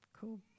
Cool